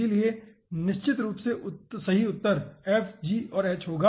इसलिए निश्चित रूप से सही उत्तर f g और h होगा